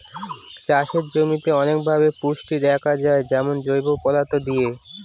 চাষের জমিতে অনেকভাবে পুষ্টি দেয়া যায় যেমন জৈব পদার্থ দিয়ে